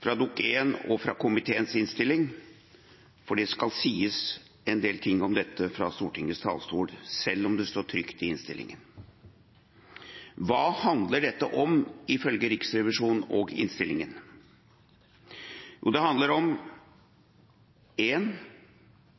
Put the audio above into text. fra Dokument 1 og fra komiteens innstilling, for det skal sies en del ting om dette fra Stortingets talerstol, selv om det står trykt i innstillingen. Hva handler dette om ifølge Riksrevisjonen og innstillingen? Jo, det handler om: